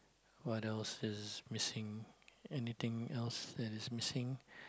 what else is missing anything else that is missing